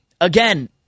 again